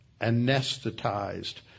anesthetized